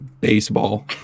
baseball